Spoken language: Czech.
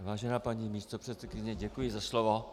Vážená paní místopředsedkyně, děkuji za slovo.